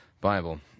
Bible